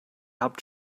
habt